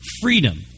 freedom